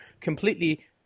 completely